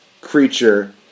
creature